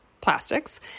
plastics